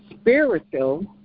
spiritual